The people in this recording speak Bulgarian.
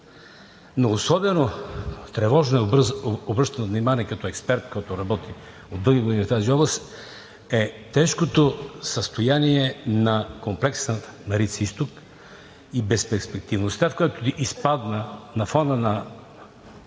Но особено тревожно е – обръщам внимание като експерт, който дълги години работи в тази област – тежкото състояние на комплекса „Марица изток“ и безперспективността, в която изпадна, на фона на